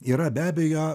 yra be abejo